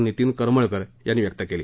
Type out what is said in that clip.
नितीन करमळकर यांनी व्यक्त केली